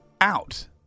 out